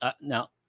now –